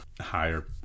higher